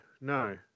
no